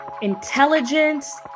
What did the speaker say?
intelligence